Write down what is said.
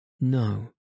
No